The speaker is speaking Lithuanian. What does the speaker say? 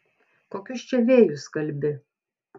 kokius čia vėjus kalbi